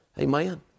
Amen